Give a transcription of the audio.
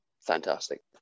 fantastic